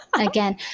Again